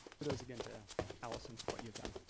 kudos again to allison for what you've done.